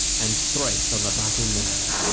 and thrice on the battle-morn.